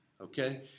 Okay